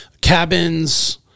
cabins